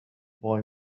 boy